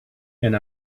and